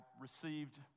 received